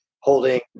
holding